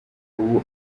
ubu